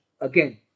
again